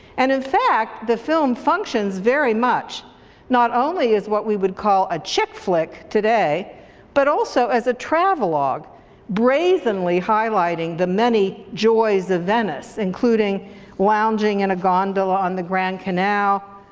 and in fact the film functions very much not only as what we would call a chick flick today but also as a travelog brazenly highlighting the many joys of venice, including lounging in and a gondola on the grand canal,